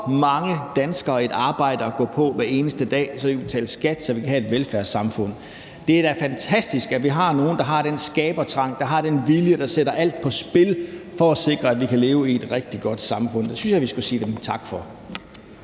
mange danskere et arbejde at gå på hver eneste dag, så de kan betale skat, så vi kan have et velfærdssamfund. Det er da fantastisk, at vi har nogle, der har den skabertrang, der har den vilje, der sætter alt på spil for at sikre, at vi kan leve i et rigtig godt samfund. Det synes jeg vi skulle sige dem tak for.